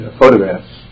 photographs